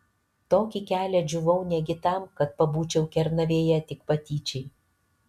tokį kelią džiūvau negi tam kad pabūčiau kernavėje tik patyčiai